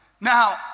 Now